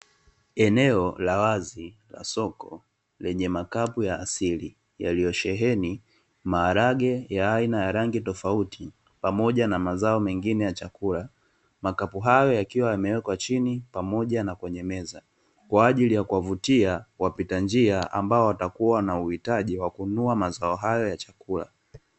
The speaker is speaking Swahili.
Eneo la wazi la soko lenye makapu ya asili yaliyosheheni maharage ya rangi na aina tofauti, pamoja na mazao mengine ya chakula. Makapu hayo yakiwa yamewekwa chini pamoja na kwenye meza kwa ajili ya kuwavutia wapita njia, ambao watakua na uhitaji wa kununua mazao hayo ya chakula.